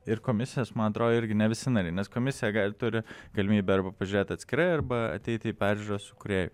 ir komisijos man atrodo irgi ne visi nariai nes komisija gal turi galimybę arba pažiūrėt atskirai arba ateiti į peržiūrą su kūrėju